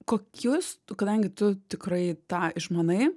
kokius kadangi tu tikrai tą išmanai